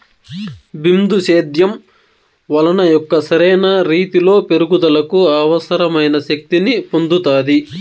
బిందు సేద్యం వలన మొక్క సరైన రీతీలో పెరుగుదలకు అవసరమైన శక్తి ని పొందుతాది